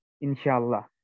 Inshallah